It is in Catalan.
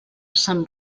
sant